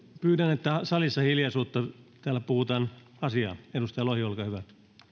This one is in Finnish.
pyydän salissa hiljaisuutta täällä puhutaan asiaa edustaja lohi olkaa hyvä